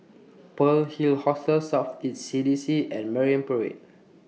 Pearl's Hill Hostel South East C D C and Marine Parade